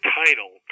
title